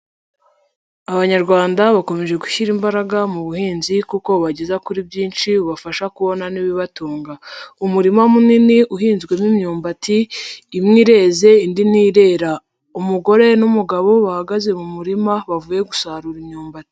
Abanyarwanda bakomeje gushyira imbaraga mu buhinzi kuko bageza kuri byinshi ubafasha kubona n'ibibatunga. Umurima munini uhinzwemo imyumbati, imwe ireze, indi ntirera. Umugore n'umugabo bahagaze mu murima bavuye gusarura imyumbati.